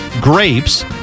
grapes